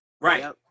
Right